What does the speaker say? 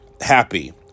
happy